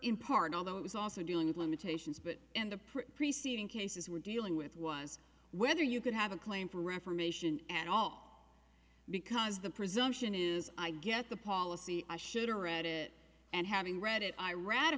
in part although it was also dealing with limitations but in the preceding cases we're dealing with was whether you could have a claim for reformation and all because the presumption is i get the policy i should read it and having read it i ra